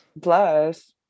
plus